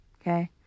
okay